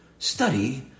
Study